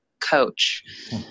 coach